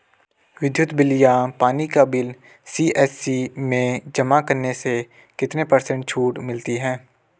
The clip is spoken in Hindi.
विद्युत बिल या पानी का बिल सी.एस.सी में जमा करने से कितने पर्सेंट छूट मिलती है?